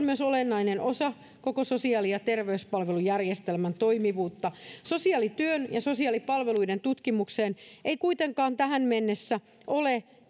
myös olennainen osa koko sosiaali ja terveyspalvelujärjestelmän toimivuutta sosiaalityön ja sosiaalipalveluiden tutkimukseen ei kuitenkaan tähän mennessä ole